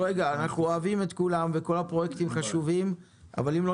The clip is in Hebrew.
אנחנו אוהבים את כולם וכל הפרויקטים חשובים אבל אם לא